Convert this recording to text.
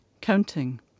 counting